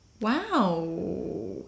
wow